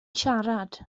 siarad